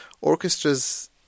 orchestras